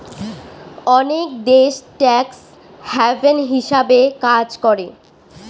অনেক দেশ tax haven হিসাবে কাজ করে